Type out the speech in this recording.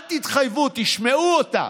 אל תתחייבו, תשמעו אותם.